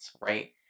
right